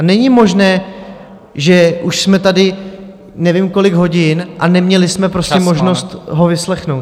Není možné, že už jsme tady nevím, kolik hodin, a neměli jsme možnost ho vyslechnout.